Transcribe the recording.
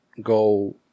go